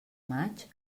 maig